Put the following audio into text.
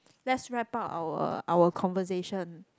let's wrap up our our conversation